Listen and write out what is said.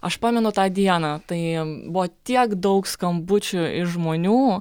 aš pamenu tą dieną tai buvo tiek daug skambučių iš žmonių